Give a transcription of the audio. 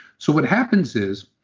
so what happens is,